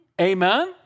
Amen